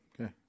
Okay